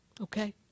Okay